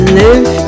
live